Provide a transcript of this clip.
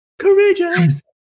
courageous